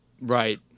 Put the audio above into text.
Right